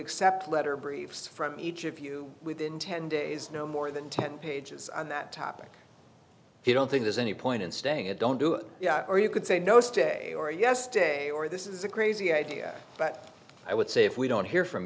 accept letter briefs from each of you within ten days no more than ten pages on that topic if you don't think there's any point in staying a don't do it or you could say no stay or yesterday or this is a crazy idea but i would say if we don't hear from